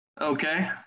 Okay